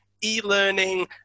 e-learning